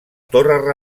torre